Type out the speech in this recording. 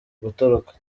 gutoroka